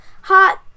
hot